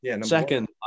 second